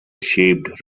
shaped